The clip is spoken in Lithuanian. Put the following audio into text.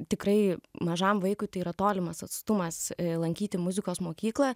tikrai mažam vaikui tai yra tolimas atstumas lankyti muzikos mokyklą